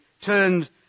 turned